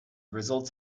results